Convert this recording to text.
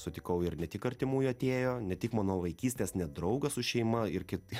sutikau ir ne tik artimųjų atėjo ne tik mano vaikystės net draugas su šeima ir kit